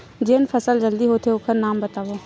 जेन फसल जल्दी होथे ओखर नाम बतावव?